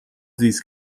these